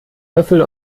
löffel